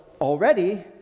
already